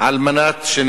על מנת שנקרא: